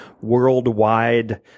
worldwide